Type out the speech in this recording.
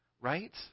Right